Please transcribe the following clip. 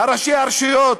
ראשי הרשויות,